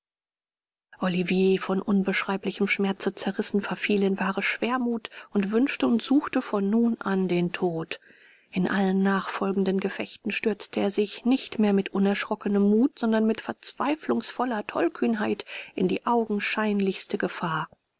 olivier von unbeschreiblichem schmerze zerrissen verfiel in wahre schwermut und wünschte und suchte von nun an den tod in allen nachfolgenden gefechten stürzte er sich nicht mehr mit unerschrockenem mut sondern mit verzweiflungsvoller tollkühnheit in die augenscheinlichste gefahr